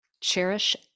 Cherish